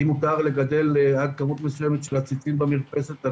אם מותר לגדל כמות מסוימת של עציצים במרפסת,